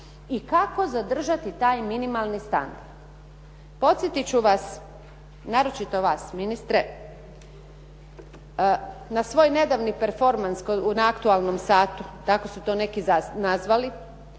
i kako zadržati taj minimalni standard. Podsjetit ću vas, naročito vas ministre na svoj nedavni performans na aktualnom satu kako su to neki nazvali